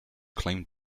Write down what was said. claimed